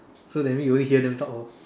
so that mean you only hear them talk lor